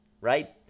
Right